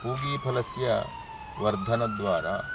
पूगीफलस्य वर्धनद्वारा